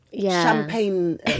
champagne